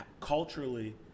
culturally